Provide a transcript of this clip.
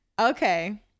Okay